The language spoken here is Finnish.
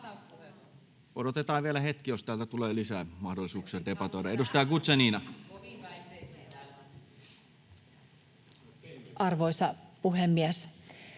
Odotetaan vielä hetki, jos täältä tulee lisää mahdollisuuksia debatoida. — Edustaja Guzenina. [Speech